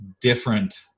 different